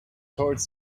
toward